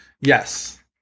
Yes